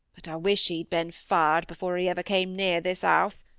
but i wish he'd been farred before he ever came near this house,